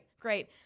great